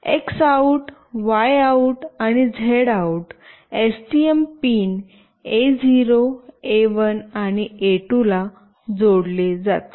x out X OUT Y out Y OUT and Z out Z OUT STM pin A0 A1 आणि A2 ला जोडले जातील